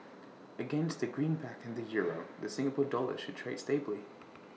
against the greenback and the euro the Singapore dollar should trade stably